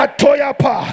Atoyapa